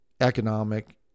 economic